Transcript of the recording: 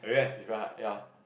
he's very hard ya